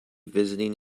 visiting